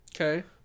okay